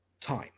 time